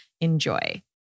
Enjoy